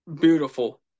Beautiful